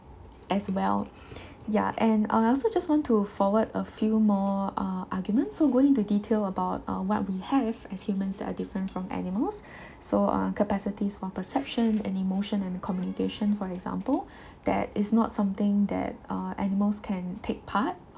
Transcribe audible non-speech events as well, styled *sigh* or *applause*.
as well ya and uh I also just want to forward a few more uh arguments so going into detail about what we have as humans are different from animals *breath* so uh capacities for perception and emotion and communication for example that is not something that uh animals can take part